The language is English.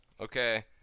okay